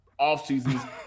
offseasons